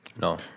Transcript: No